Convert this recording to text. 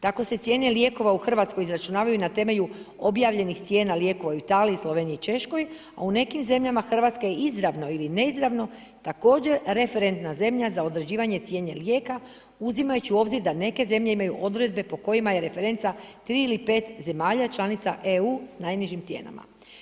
Tako se cijene lijekova u Hrvatskoj izračunavaju na temelju objavljenih cijena lijekova u Italiji, Sloveniji i Češkoj, a u nekim zemljama Hrvatska je izravno ili neizravno također referentna zemlja za određivanje cijene lijeka uzimajući u obzir da neke zemlje imaju odredbe po kojima je referenca 3 ili 5 zemalja članica EU s najnižim cijenama.